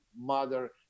mother